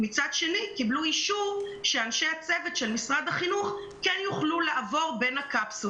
אבל מצד שני אנשי הצוות של משרד החינוך כן יוכלו לעבור בין הקפסולות.